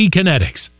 Kinetics